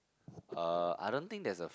uh I don't think there's a